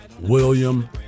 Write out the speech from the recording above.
William